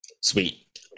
sweet